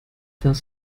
das